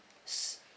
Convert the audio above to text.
s~